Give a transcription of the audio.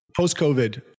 post-COVID